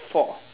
four